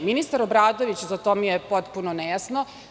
Ministar Obradović, za to mi je potpuno nejasno.